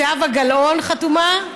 זהבה גלאון חתומה.